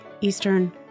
Eastern